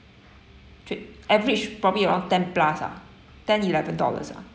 tri~ average probably around ten plus ah ten eleven dollars ah